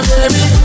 Baby